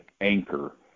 anchor